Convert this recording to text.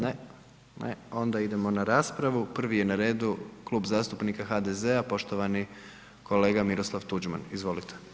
Ne, ne, onda idemo na raspravu, prvi je na redu Klub zastupnika GDZ-a, poštovani kolega Miroslav Tuđman, izvolite.